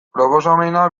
proposamena